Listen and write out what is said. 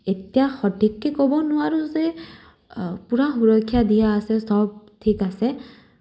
এতিয়া সঠিককে ক'ব নোৱাৰোঁ যে পূৰা সুৰক্ষা দিয়া আছে চব ঠিক আছে